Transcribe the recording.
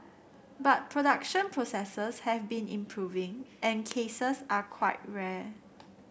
but production processes have been improving and cases are quite rare